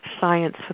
science